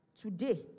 Today